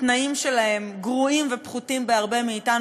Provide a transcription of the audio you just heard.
התנאים שלהם גרועים ופחותים בהרבה משלנו,